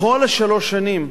בכל שלוש השנים,